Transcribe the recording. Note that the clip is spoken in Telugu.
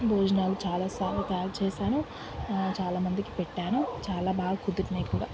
భోజనాలు చాలాసార్లు తయారు చేశాను చాలామందికి పెట్టాను చాలా బాగా కుదిరినాయి కూడా